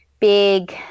big